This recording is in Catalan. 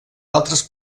altres